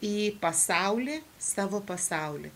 į pasaulį savo pasaulį